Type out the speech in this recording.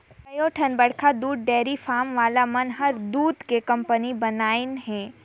कयोठन बड़खा दूद डेयरी फारम वाला मन हर दूद के कंपनी बनाईंन हें